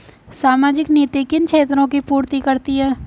सामाजिक नीति किन क्षेत्रों की पूर्ति करती है?